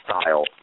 style